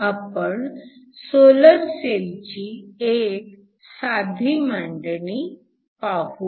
आपण सोलर सेलची एक साधी मांडणी पाहू